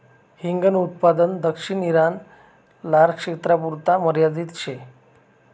हिंगन उत्पादन दक्षिण ईरान, लारक्षेत्रपुरता मर्यादित शे